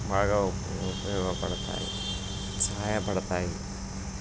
బాగా ఉపయోగపడతాయి సహాయపడతాయి